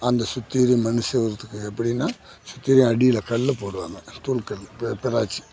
அந்த சுத்தீரும் மண் செவத்துக்கு எப்படின்னா சுத்தீரும் அடியில் கல்லு போடுவாங்க தூள் கல் பெ பெராச்சு